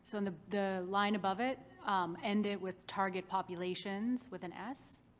so in the the line above it end it with target populations with an s